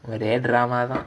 ஒரே:orae drama தான்:thaan